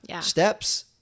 steps